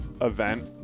event